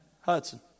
Hudson